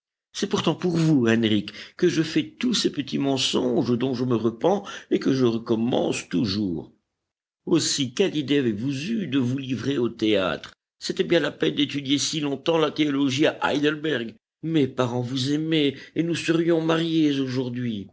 c'est pourtant pour vous henrich que je fais tous ces petits mensonges dont je me repens et que je recommence toujours aussi quelle idée avez-vous eue de vous livrer au théâtre c'était bien la peine d'étudier si longtemps la théologie à heidelberg mes parents vous aimaient et nous serions mariés aujourd'hui